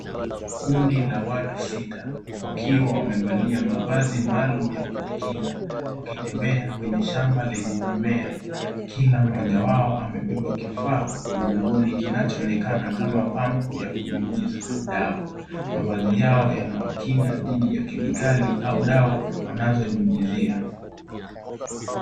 Kundi la watu sita, wakiwa wamevalia mavazi maalum ya kujikinga. Wakitembea kwenye shamba lenye mimea. Kila moja wao, amebeba kifaa mgongoni kinachoonekana kama, pampu ya kunyunyiza dawa. Mavazi yao, yanawakinga dhidi ya kemikali au dawa wanazonyunyizia.